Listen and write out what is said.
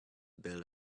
build